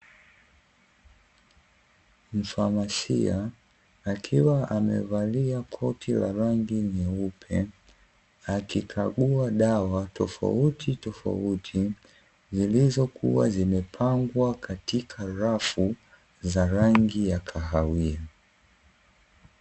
Mfamasia akiwa amevalia koti la rangi nyeupe, akikagua dawa tofautitofauti, zilizokuwa zimepangwa katika rafu za rangi ya kahawia.